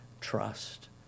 trust